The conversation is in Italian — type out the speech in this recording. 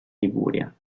liguria